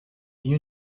you